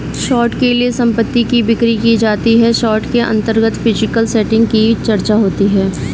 short के लिए संपत्ति की बिक्री की जाती है शॉर्ट के अंतर्गत फिजिकल सेटिंग की चर्चा होती है